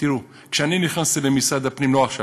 תראו, כשאני נכנסתי למשרד הפנים, לא עכשיו,